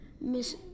Miss